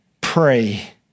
pray